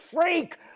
freak